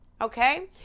okay